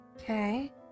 Okay